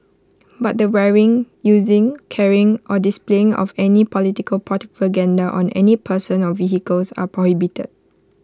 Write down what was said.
but the wearing using carrying or displaying of any political propaganda on any person or vehicles are prohibited